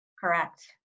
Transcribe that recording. Correct